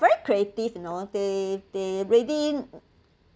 very creative you know they they really